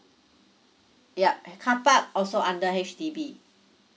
yup uh carpark also under H_D_B